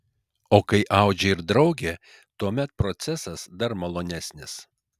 o kai audžia ir draugė tuomet procesas dar malonesnis